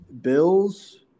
Bills